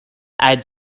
add